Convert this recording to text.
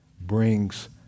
brings